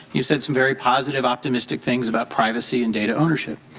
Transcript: you said some very positive optimistic things about privacy and data ownership.